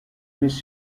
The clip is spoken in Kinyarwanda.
miss